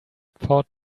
port